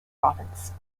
province